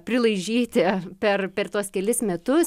prilaižyti per tuos kelis metus